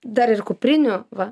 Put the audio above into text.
dar ir kuprinių va